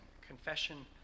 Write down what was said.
Confession